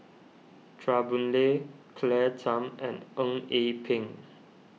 Chua Boon Lay Claire Tham and Eng Yee Peng